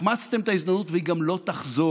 החמצתם את ההזדמנות, והיא גם לא תחזור.